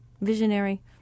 visionary